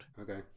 okay